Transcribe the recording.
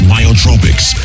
Myotropics